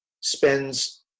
spends